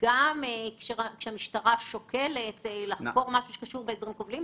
גם כשהמשטרה שוקלת לחקור משהו שקשור בהסדרים כובלים,